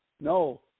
no